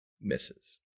misses